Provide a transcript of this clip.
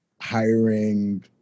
hiring